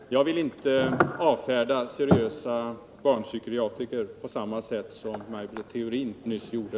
Herr talman! Jag vill inte avfärda seriösa barnpsykiatriker på samma sätt som Maj Britt Theorin nyss gjorde.